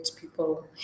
people